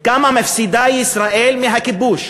כמה מפסידה ישראל מהכיבוש,